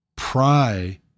pry